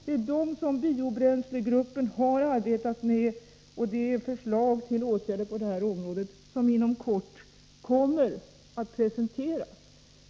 Det är dem biobränslegruppen har arbetat med. Den har utarbetat de förslag till åtgärder på det här området som inom kort kommer att presenteras.